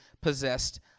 possessed